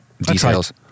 Details